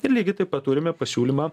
ir lygiai taip pat turime pasiūlymą